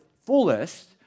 fullest